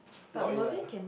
not in ah